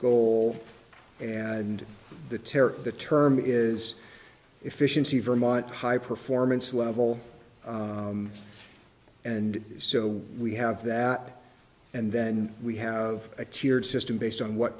goal and the terror the term is efficiency vermont high performance level and so we have that and then we have a tiered system based on what